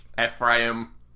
Ephraim